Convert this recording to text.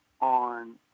on